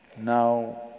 Now